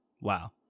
Wow